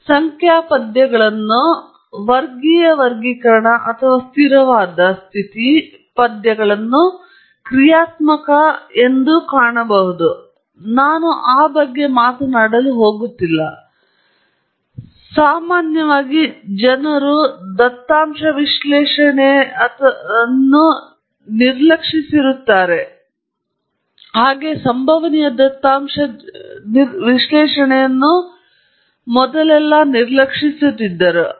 ಉದಾಹರಣೆಗೆ ನೀವು ಸಂಖ್ಯಾ ಪದ್ಯಗಳನ್ನು ವರ್ಗೀಯ ವರ್ಗೀಕರಣ ಅಥವಾ ಸ್ಥಿರವಾದ ರಾಜ್ಯ ಪದ್ಯಗಳನ್ನು ಕ್ರಿಯಾತ್ಮಕ ಮತ್ತು ಇನ್ನೂ ಕಾಣಬಹುದು ಆದರೆ ನಾನು ಆ ಬಗ್ಗೆ ನಿಜವಾಗಿಯೂ ಮಾತನಾಡಲು ಹೋಗುತ್ತಿಲ್ಲ ಆದರೆ ಜನರು ಸಾಮಾನ್ಯವಾಗಿ ಕನಿಷ್ಠ ನಿರ್ಲಕ್ಷಿಸಿರುವ ಮುಖ್ಯವಾದವುಗಳಲ್ಲಿ ದತ್ತಾಂಶ ವಿಶ್ಲೇಷಣೆಯು ನಿರ್ಲಕ್ಷ್ಯದ ಅಥವಾ ಸಂಭವನೀಯ ದತ್ತಾಂಶಗಳ ನಿರ್ಣಾಯಕ ಪದ್ಯಗಳ ಈ ವರ್ಗೀಕರಣವನ್ನು ನಿರ್ಲಕ್ಷಿಸುತ್ತದೆ